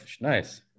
nice